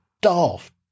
daft